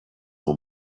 nur